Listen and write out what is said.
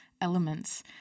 elements